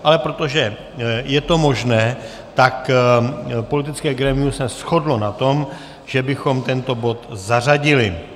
Ale protože je to možné, politické grémium se shodlo na tom, že bychom tento bod zařadili.